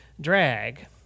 drag